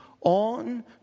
on